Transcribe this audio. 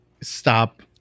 stop